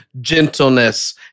gentleness